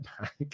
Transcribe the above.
back